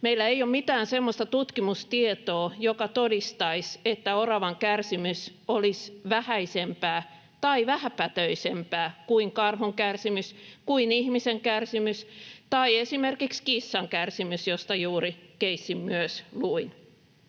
Meillä ei ole mitään semmoista tutkimustietoa, joka todistaisi, että oravan kärsimys olisi vähäisempää tai vähäpätöisempää kuin karhun kärsimys, kuin ihmisen kärsimys tai esimerkiksi kissan kärsimys, josta juuri keissin myös luin.